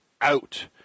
out